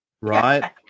Right